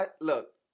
Look